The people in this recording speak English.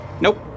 Nope